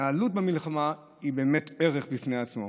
התנהלות במלחמה היא באמת ערך בפני עצמה,